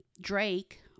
Drake